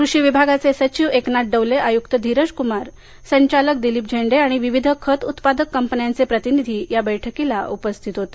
कृषी विभागाचे सचिव एकनाथ डवले आयुक्त धीरज कुमार संचालक दिलीप झेंडे आणि विविध खत उत्पादक कंपन्यांचे प्रतिनिधी या बैठकीस उपस्थित होते